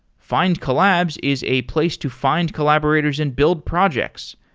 findcollabs is a place to find collaborators and build projects.